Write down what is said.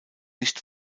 nicht